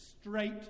straight